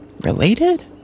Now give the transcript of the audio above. related